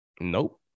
Nope